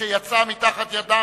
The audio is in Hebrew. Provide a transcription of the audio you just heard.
התש"ע 2009,